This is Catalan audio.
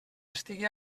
estigui